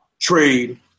trade